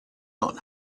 not